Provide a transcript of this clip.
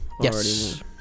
Yes